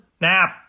Nap